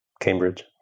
Cambridge